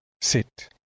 sit